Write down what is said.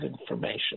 information